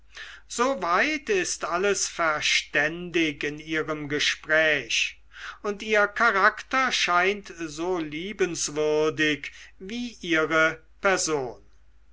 so weit ist alles verständig in ihrem gespräch und ihr charakter scheint so liebenswürdig wie ihre person